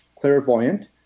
clairvoyant